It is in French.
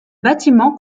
bâtiment